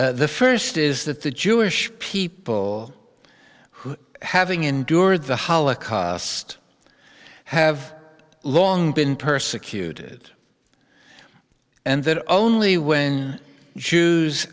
the first is that the jewish people who having endured the holocaust have long been persecuted and that only when jews